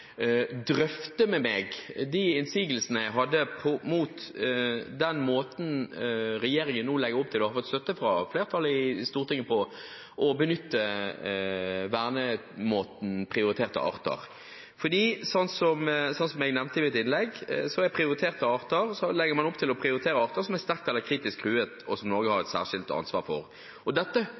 drøfte med meg de innsigelsene jeg hadde mot den måten som regjeringen nå legger opp til – som får støtte av flertallet i Stortinget – knyttet til å benytte vernemåten prioriterte arter. Som jeg nevnte i mitt innlegg, legger man opp til å prioritere arter som er sterkt eller kritisk truet, og som Norge har et særskilt ansvar for.